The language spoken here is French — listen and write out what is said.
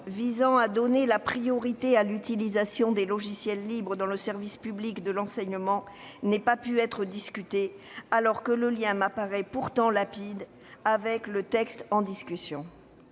visant à donner la priorité à l'utilisation de logiciels libres dans le service public de l'enseignement n'ait pas pu être discuté, alors que le lien m'apparaît pourtant limpide avec le texte en discussion.